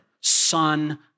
Son